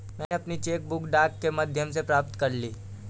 मैनें अपनी cheque book डाक के माध्यम से प्राप्त कर ली है